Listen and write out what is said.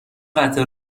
قطع